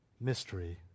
mystery